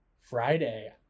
Friday